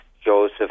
Joseph